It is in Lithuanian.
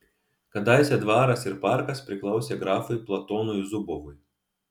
kadaise dvaras ir parkas priklausė grafui platonui zubovui